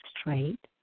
straight